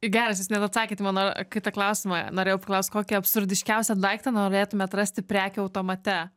geras jūs net atsakėt į mano kitą klausimą norėjau paklaust kokį absurdiškiausią daiktą norėtum rasti prekių automate